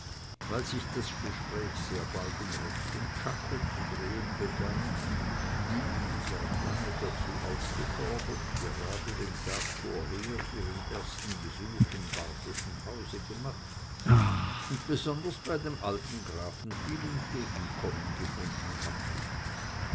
weil sich das gespräch sehr bald um rex und czako zu drehen begann die seit lange dazu aufgefordert gerade den tag vorher ihren ersten besuch im barbyschen hause gemacht und besonders bei dem alten grafen viel entgegenkommen gefunden hatten